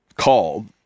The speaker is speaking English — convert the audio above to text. called